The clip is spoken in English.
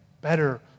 better